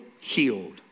healed